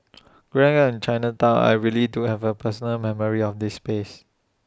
growing up in Chinatown I really do have A personal memories of this space